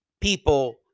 people